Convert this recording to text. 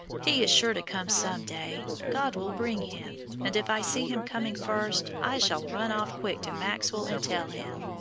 he is sure to come some day god will bring him and if i see him coming first, i shall run off quick to maxwell and tell him,